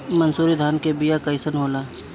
मनसुरी धान के बिया कईसन होला?